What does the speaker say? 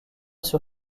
sur